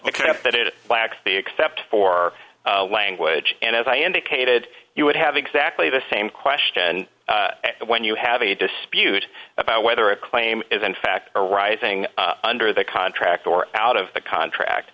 except that it lacks the except for language and as i indicated you would have exactly the same question when you have a dispute about whether a claim is in fact arising under the contract or out of the contract